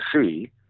see